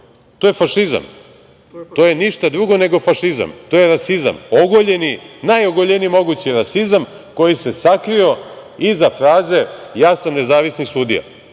To je fašizam. To je ništa drugo nego fašizam. To je rasizam. Ogoljeni, najoguljeniji mogući rasizam koji se sakrio iza fraze - ja sam nezavisni sudija